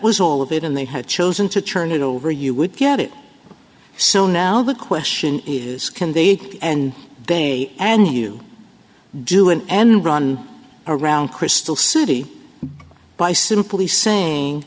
was all of it and they had chosen to turn it over you would get it so now the question is can they and they and you do an end run around crystal city by simply saying